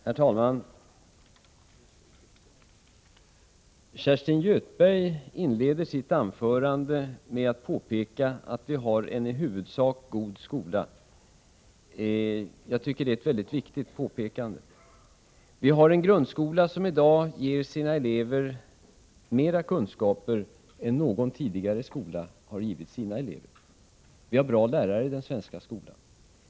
Herr talman! Kerstin Göthberg inledde sitt anförande med att påpeka att vi har en i huvudsak god skola. Jag tycker att det är ett väldigt viktigt påpekande. Vi har en grundskola, som i dag ger sina elever mer kunskaper än någon tidigare skola har givit sina elever. Vi har bra lärare i den svenska skolan.